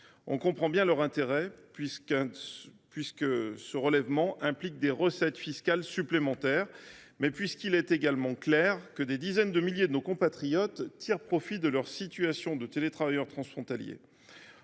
On comprend bien l’intérêt de celles ci, puisqu’un tel relèvement implique des recettes fiscales supplémentaires. Toutefois, puisqu’il est également clair que des dizaines de milliers de nos compatriotes tirent profit de leur situation de travailleur transfrontalier,